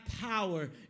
power